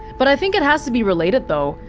but i think it has to be related though,